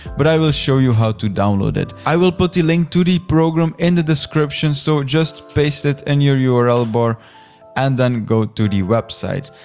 but i will show you how to download it. i will put the link to the program in the description so just paste it in your your url bar and then go to the website.